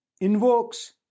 invokes